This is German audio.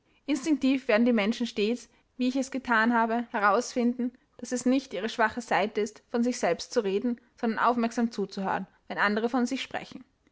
macht instinktiv werden die menschen stets wie ich es gethan habe herausfinden daß es nicht ihre schwache seite ist von sich selbst zu reden sondern aufmerksam zuzuhören wenn andere von sich sprechen